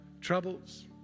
troubles